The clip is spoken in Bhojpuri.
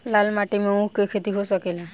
लाल माटी मे ऊँख के खेती हो सकेला?